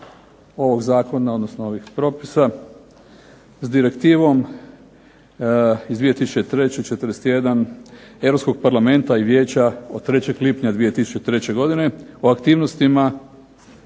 ovog zakona, odnosno ovih propisa s direktivom iz 2003. 41 Europskog Parlamenta i Vijeća od 3. lipnja 2003. godine, o aktivnostima